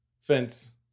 fence